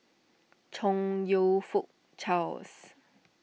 Chong You Fook Charles